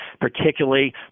particularly